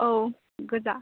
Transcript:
औ गोजा